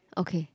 okay